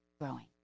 growing